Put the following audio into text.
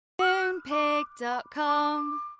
Moonpig.com